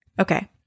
Okay